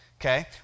okay